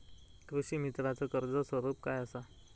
कृषीमित्राच कर्ज स्वरूप काय असा?